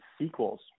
sequels